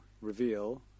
reveal